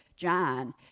John